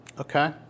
Okay